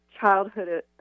childhood